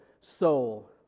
soul